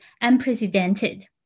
unprecedented